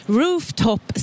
rooftop